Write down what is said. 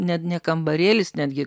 net ne kambarėlis netgi